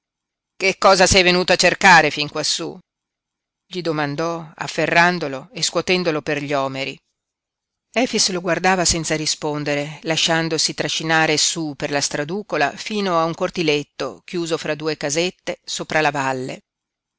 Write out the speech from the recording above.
che cosa sei venuto a cercare fin quassú gli domandò afferrandolo e scuotendolo per gli omeri efix lo guardava senza rispondere lasciandosi trascinare su per la straducola fino a un cortiletto chiuso fra due casette sopra la valle